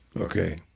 Okay